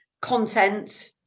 content